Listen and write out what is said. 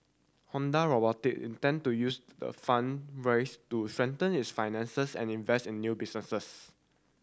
Hyundai Robotic intend to use the fund do strengthen its finances and invest in new businesses